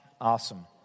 awesome